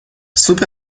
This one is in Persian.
سوپ